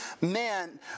man